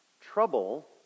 trouble